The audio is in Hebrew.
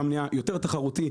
העולם נהיה יותר תחרותי,